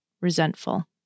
resentful